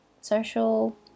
social